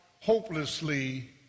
hopelessly